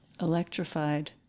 Electrified